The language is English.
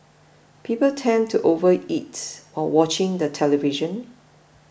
people tend to overeat while watching the television